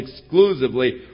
exclusively